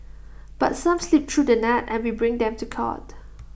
but some slip through the net and we bring them to court